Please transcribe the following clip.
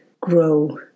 grow